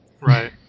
Right